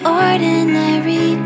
ordinary